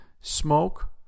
smoke